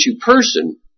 person